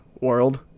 world